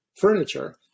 furniture